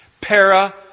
Para-